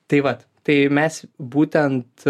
tai vat tai mes būtent